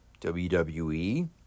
WWE